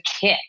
kit